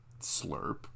slurp